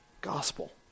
gospel